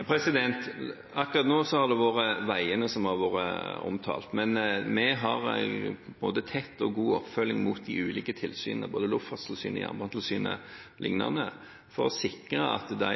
Akkurat nå har det vært veiene som har vært omtalt. Men vi har både tett og god oppfølging av de ulike tilsynene, både Luftfartstilsynet og Jernbanetilsynet o.l., for å sikre at de